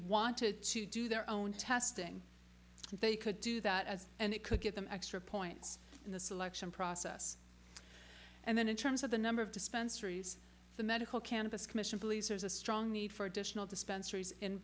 wanted to do their own testing they could do that and it could give them extra points in the selection process and then in terms of the number of dispensary the medical cannabis commission believes there's a strong need for additional dispensaries in